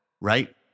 Right